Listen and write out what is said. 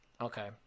okay